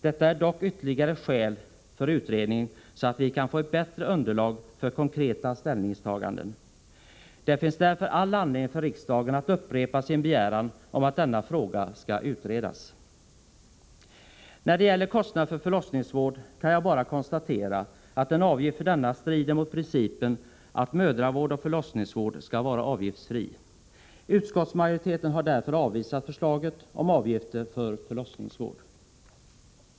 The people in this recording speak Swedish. Detta är dock ytterligare ett skäl för utredningen, så att vi kan få ett bättre underlag för konkreta ställningstaganden. Det finns därför all anledning för riksdagen att upprepa sin begäran om att denna fråga skall utredas. När det gäller kostnaderna för förlossningsvård kan jag bara konstatera att en avgift för denna strider mot principen att mödravård och förlossningsvård skall vara avgiftsfria. Utskottsmajoriteten har därför avvisat förslaget om avgifter för förlossningsvård.